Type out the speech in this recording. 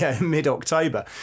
mid-October